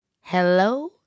Hello